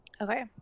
Okay